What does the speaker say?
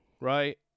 right